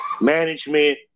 management